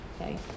okay